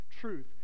truth